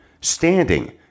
standing